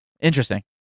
Interesting